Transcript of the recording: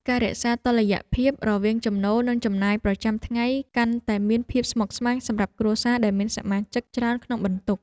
ការរក្សាតុល្យភាពរវាងចំណូលនិងចំណាយប្រចាំថ្ងៃកាន់តែមានភាពស្មុគស្មាញសម្រាប់គ្រួសារដែលមានសមាជិកច្រើនក្នុងបន្ទុក។